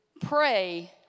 pray